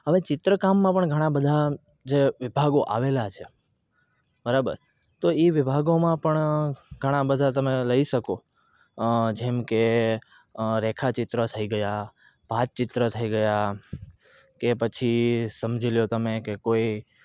હવે ચિત્રકામમાં પણ ઘણા બધા જે વિભાગો આવેલા છે બરાબર તો એ વિભાગોમાં પણ ઘણા બધા તમે લઈ શકો જેમકે રેખાચિત્ર થઈ ગયાં ભાતચિત્ર થઈ ગયાં કે પછી સમજી લો તમે કે કોઈ